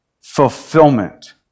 fulfillment